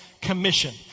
commission